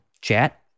chat